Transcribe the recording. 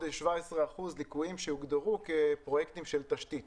17 אחוזים ליקויים שהוגדרו כפרויקטים של תשתית